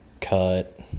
cut